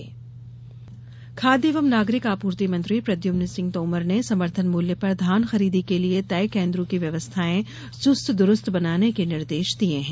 धान खरीदी खाद्य एवं नागरिक आपूर्ति मंत्री प्रदयुम्न सिंह तोमर ने समर्थन मूल्य पर धान खरीदी के लिये तय कोन्द्रों की व्यवस्थाएँ चुस्त दुरुस्त बनाने के निर्देश दिये हैं